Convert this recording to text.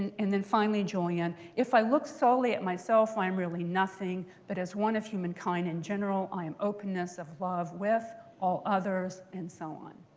and and then finally julian, if i look solely at myself, i am really nothing, but as one of humankind in general, i am openness of love with all others, and so on.